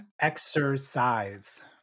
Exercise